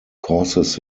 causes